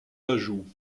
ajouts